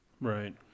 Right